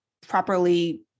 properly